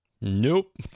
Nope